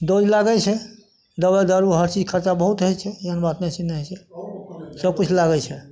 दबाइ लागै छै दबाइ दारू हरचीज खर्चा बहुत होइ छै एहन बात नहि छै जे नहि होइ छै सबकिछु लागैत छै